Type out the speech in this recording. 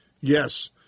Yes